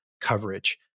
coverage